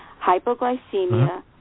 Hypoglycemia